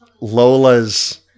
Lola's